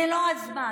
זה לא הזמן.